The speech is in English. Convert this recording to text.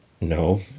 no